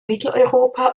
mitteleuropa